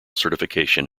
certification